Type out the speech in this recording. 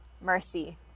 mercy